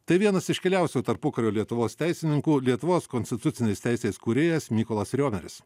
tai vienas iškiliausių tarpukario lietuvos teisininkų lietuvos konstitucinės teisės kūrėjas mykolas riomeris